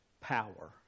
power